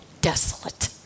Desolate